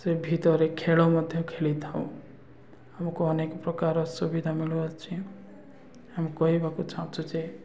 ସେ ଭିତରେ ଖେଳ ମଧ୍ୟ ଖେଳିଥାଉ ଆମକୁ ଅନେକ ପ୍ରକାର ସୁବିଧା ମିଳୁଅଛି ଆମେ କହିବାକୁ ଚାହୁଁଛୁ ଯେ